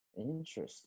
Interesting